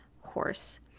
horse